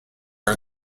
are